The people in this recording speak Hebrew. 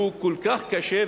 שהוא כל כך קשה.